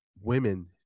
women